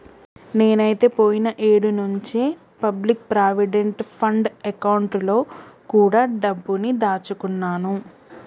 నేనైతే పోయిన ఏడు నుంచే పబ్లిక్ ప్రావిడెంట్ ఫండ్ అకౌంట్ లో కూడా డబ్బుని దాచుకున్నాను